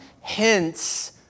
Hence